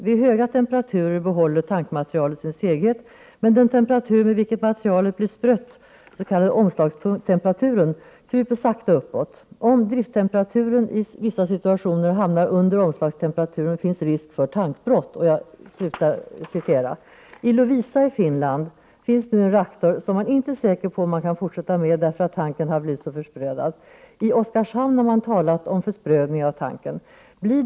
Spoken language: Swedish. Vid höga temperaturer behåller tankmaterialet sin seghet, men den temperatur vid vilken materialet blir sprött kryper sakta uppåt. Om drifttemperaturen i vissa situationer hamnar under omslagstemperaturen, finns risk för tankbrott.” I Loviisa i Finland finns det en reaktor som man inte är säker på att man kan driva i fortsättningen på grund av att tanken har blivit så spröd. Det har även talats om försprödning av tanken i Oskarshamn.